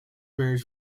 marriage